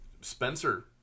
Spencer